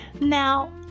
Now